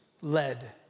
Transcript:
led